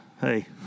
hey